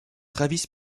travis